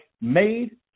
made